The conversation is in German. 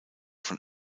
von